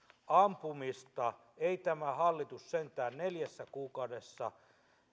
ampumista ei tämä hallitus sentään neljässä kuukaudessa